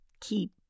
keep